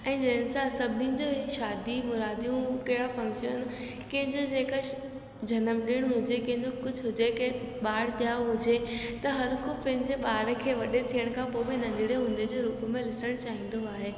ऐं जंहिंसां सभिनि जी शादी मुरादियूं कहिड़ा फंक्शन कंहिंजा जेके जनम ॾिणु हुजे कंहिंजो कुझु हुजे कंहिं ॿार थिया हुजे त हर को पंहिंजे ॿार खे वॾो थियण खां पोइ बि नंढिड़े हूंदे जे रूप में ॾिसण चाईंदो आहे